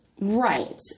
Right